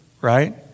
right